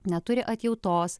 neturi atjautos